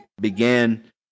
began